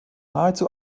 nahezu